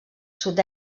sud